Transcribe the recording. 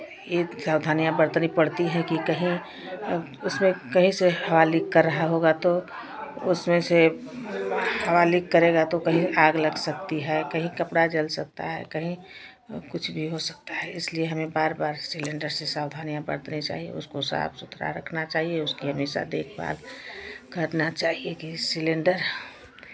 ये सावधानियां बरतनी पड़ती है कि कहीं अब उसमें कहीं से हवा लीक कर रहा होगा तो उसमें से हवा लीक करेगा तो कहीं आग लग सकती है कहीं कपड़ा जल सकता है कहीं कुछ भी हो सकता है इसलिए हमें बार बार सिलेण्डर से सावधानियां बरतनी चाहिए उसको साफ सुथरा रखना चाहिए उसकी हमेशा देखभाल करना चाहिए कि सिलेण्डर